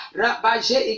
rabage